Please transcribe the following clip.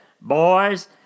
Boys